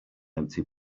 empty